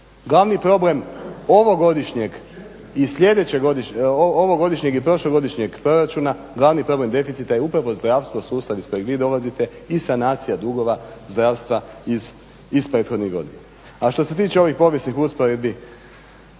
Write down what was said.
Glavni problem ovogodišnjeg i prošlogodišnjeg proračuna, glavni problem deficita je upravo zdravstvo, sustav iz kojeg vi dolazite, i sanacija dugova zdravstva iz prethodnih godina. A što se tiče ovih povijesnih usporedbi